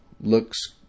looks